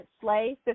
Slay